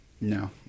no